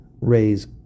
raise